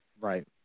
Right